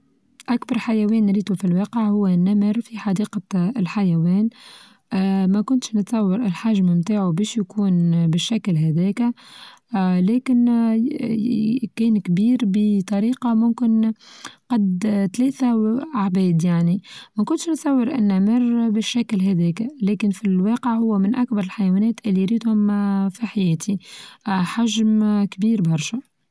أكبر حيوان ريته في الواقع هو النمر في حديقة الحيوان آآ ما كنتش نتصور الحچم بتاعو باش يكون آآ بالشكل هذاكا آ لكن آآ كان كبير بطريقة ممكن قد آآ تلاثة أعباد يعني ما كنتش بتصور أنه مر بالشكل هذيكا لكن في الواقع هو من أكبر الحيوانات اللي ريتهم آآ في حياتي آآ حچم آآ كبير برشا.